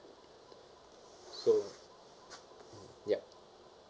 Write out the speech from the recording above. so yup